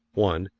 one.